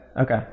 Okay